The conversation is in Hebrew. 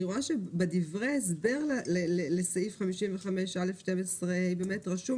אני רואה שבדברי הסבר לסעיף 55א12 באמת רשום